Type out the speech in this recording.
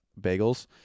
bagels